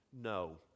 No